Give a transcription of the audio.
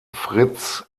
fritz